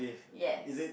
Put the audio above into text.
yes